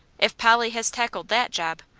if polly has tackled that job,